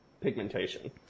pigmentation